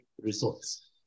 results